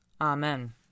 Amen